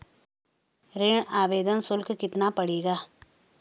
ऋण आवेदन शुल्क कितना पड़ेगा?